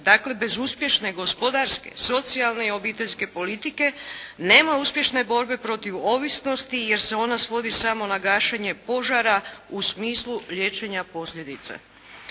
Dakle bez uspješne gospodarske, socijalne i obiteljske politike, nema uspješne borbe protiv ovisnosti jer se ona svodi samo na gašenje požara u smislu liječenja posljedica.